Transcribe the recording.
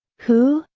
who,